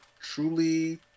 truly